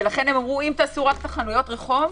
ולכן אמרו: אם תעשו רק את חנויות הרחוב,